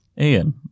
Ian